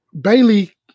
Bailey